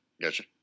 Gotcha